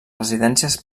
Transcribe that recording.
residències